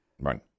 Right